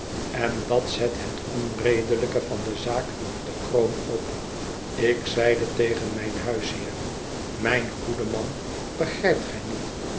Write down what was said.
en dat zet het onredelijke van de zaak de kroon op ik zeide tegen mijn huisheer mijn goede man begrijpt gij niet